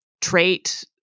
trait